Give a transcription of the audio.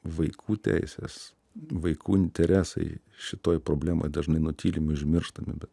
vaikų teisės vaikų interesai šitoj problemoj dažnai nutylimi užmirštami bet